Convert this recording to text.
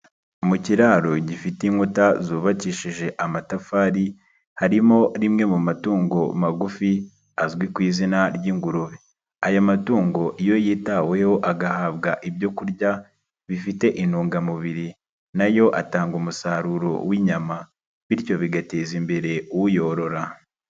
Mu kiraro gifite inkuta zubakishije amatafari harimo rimwe mu matungo magufi azwi ku izina ry'ingurube, aya matungo iyo yitaweho agahabwa ibyo kurya bifite intungamubiri na yo atanga umusaruro w'inyama, bityo bigateza imbere uyorora.